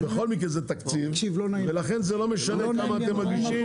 בכל מקרה זה תקציב ולכן זה לא משנה כמה מגישים.